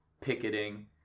picketing